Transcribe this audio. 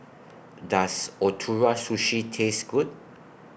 Does Ootoro Sushi Taste Good